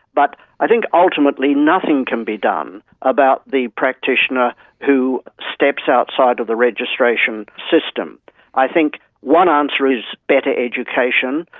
but i think ultimately nothing can be done about the practitioner who steps outside of the registration system i think one answer is better education.